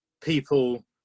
people